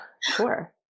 sure